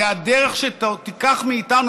זו הדרך שתיקח מאיתנו,